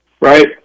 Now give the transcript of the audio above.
right